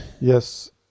Yes